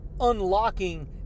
unlocking